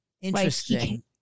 Interesting